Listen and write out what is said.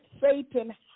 Satan